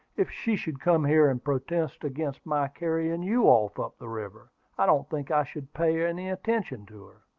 if she should come here and protest against my carrying you off up the river, i don't think i should pay any attention to her.